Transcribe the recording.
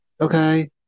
Okay